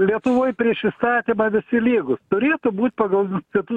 lietuvoj prieš įstatymą visi lygūs turėtų būt pagal institu